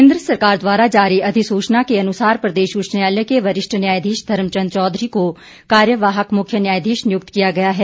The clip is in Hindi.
केंद्र सरकार द्वारा जारी अधिसूचना के अनुसार प्रदेश उच्च न्यायालय के वरिष्ठ न्यायधीश धर्मचंद चौधरी को कार्यवाहक मुख्य न्यायाधीश नियुक्त किया गया है